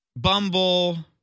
Bumble